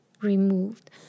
removed